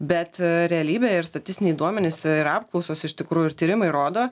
bet realybė ir statistiniai duomenys ir apklausos iš tikrųjų ir tyrimai rodo